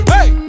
Hey